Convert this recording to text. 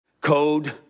code